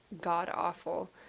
god-awful